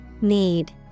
Need